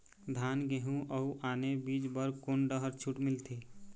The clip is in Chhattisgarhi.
धान गेहूं अऊ आने बीज बर कोन डहर छूट मिलथे?